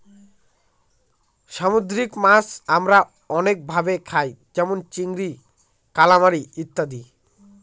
সামুদ্রিক মাছ আমরা অনেক ভাবে খায় যেমন চিংড়ি, কালামারী ইত্যাদি